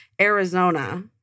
Arizona